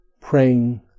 praying